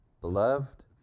Beloved